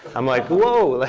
i'm like, whoa.